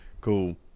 Cool